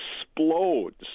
explodes